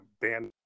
band